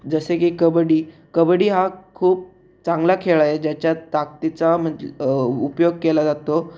जसं की कबड्डी कबड्डी हा खूप चांगला खेळ आहे ज्याच्यात ताकदीचा म्हणा ऊ उपयोग केला जातो